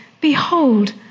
Behold